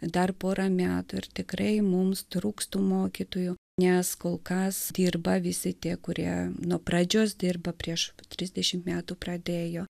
dar pora metų ir tikrai mums trūksta mokytojų nes kol kas dirba visi tie kurie nuo pradžios dirba prieš trisdešimt metų pradėjo